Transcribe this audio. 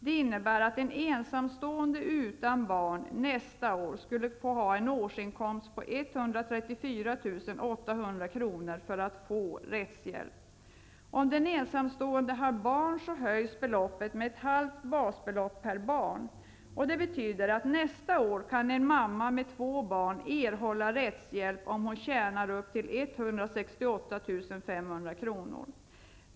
Det innebär att en ensamstående utan barn nästa år skulle få ha en årsinkomst 134 800 kr. för att få rättshjälp. Om den ensamstående har barn höjs beloppet med ett halvt basbelopp per barn. Det betyder att en mamma med två barn nästa år kan erhålla rättshjälp om hon tjänar upp till 168 500 kr.